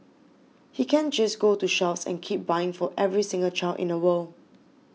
he can't just go to shops and keep buying for every single child in the world